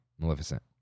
Maleficent